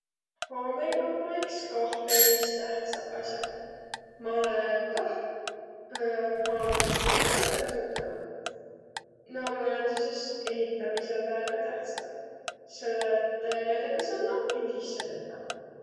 Haamriq ommaq iks kah peris tähtsäq as'aq. Ma olõ kah haamriid mitu kõrda kasutanu. No ommaq näütüses ehitämisel väega tähtsäq, selle et neidega saa naklu sisse lüvväq.